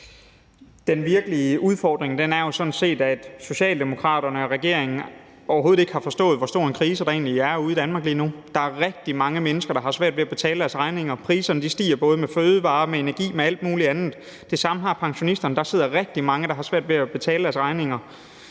Den virkelige udfordring er jo sådan set, at Socialdemokraterne og regeringen overhovedet ikke har forstået, hvor stor en krise der egentlig er ude i Danmark lige nu. Der er rigtig mange mennesker, der har svært ved at betale deres regninger – priserne stiger både på fødevarer, energi og alt muligt andet. Det samme har pensionisterne; der sidder rigtig mange, der har svært ved at betale deres regninger.